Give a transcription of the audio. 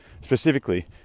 Specifically